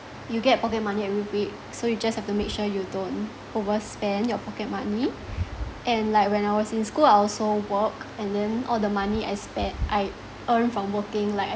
you get pocket money every week so you just have to make sure you don't overspend your pocket money and like when I was in school I also walk and then all the money I spend I earned from working like I